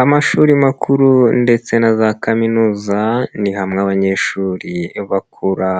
Amashuri makuru ndetse na za kaminuza, ni hamwe abanyeshuri bakura